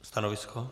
Stanovisko?